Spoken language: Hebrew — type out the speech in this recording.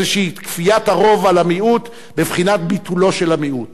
איזו כפיית הרוב על המיעוט בבחינת ביטולו של המיעוט.